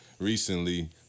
Recently